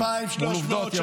מול עובדות יבואו עובדות.